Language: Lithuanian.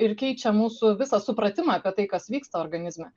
ir keičia mūsų visą supratimą apie tai kas vyksta organizme